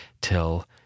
till